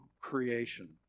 creation